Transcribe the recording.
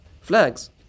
flags